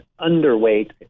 underweight